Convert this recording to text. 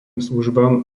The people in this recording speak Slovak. službám